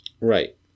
Right